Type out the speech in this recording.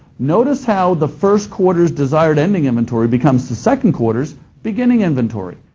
notice how the first quarter's desired ending inventory becomes the second quarter's beginning inventory.